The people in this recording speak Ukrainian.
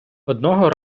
одного